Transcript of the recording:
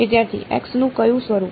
વિદ્યાર્થી xનું કયું સ્વરૂપ